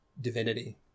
divinity